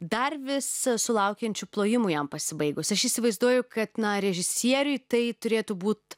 dar vis sulaukiančiu plojimų jam pasibaigus aš įsivaizduoju kad na režisieriui tai turėtų būt